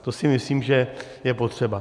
To si myslím, že je potřeba.